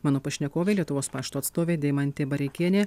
mano pašnekovė lietuvos pašto atstovė deimantė bareikienė